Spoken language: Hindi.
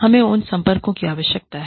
हमें उन संपर्कों की आवश्यकता है